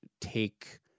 take